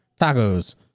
tacos